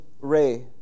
Ray